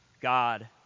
God